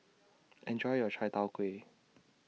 Enjoy your Chai Tow Kway